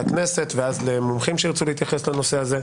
הכנסת ולאחר מכן למומחים שירצו להתייחס לנושא הזה.